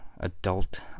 adult